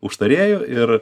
užtarėjų ir